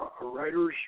Writers